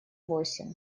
восемь